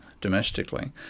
domestically